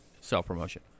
self-promotion